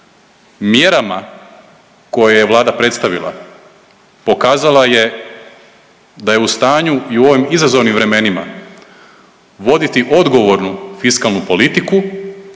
Mjerama koje je Vlada predstavila pokazala je da je u stanju i u ovim izazovnim vremenima voditi odgovornu fiskalnu politiku